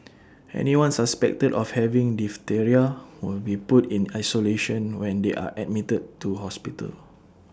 anyone suspected of having diphtheria will be put in isolation when they are admitted to hospital